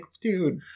dude